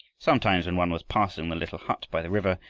sometimes when one was passing the little hut by the river,